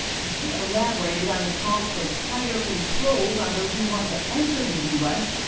and he elaborated on his calls for tighter controls on those who want to enter the u s.